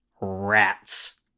Rats